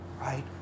right